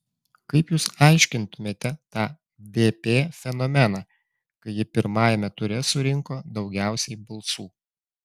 kaip jūs aiškintumėte tą dp fenomeną kai ji pirmajame ture surinko daugiausiai balsų